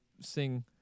sing